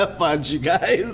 ah fudge you guys?